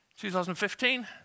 2015